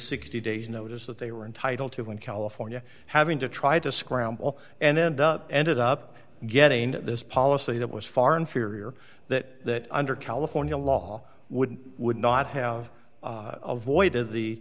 sixty days notice that they were entitled to in california having to try to scramble and end up ended up getting this policy that was far inferior that under california law would would not have avoided